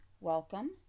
welcome